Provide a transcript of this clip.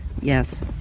yes